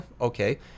okay